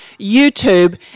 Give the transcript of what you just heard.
YouTube